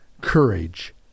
courage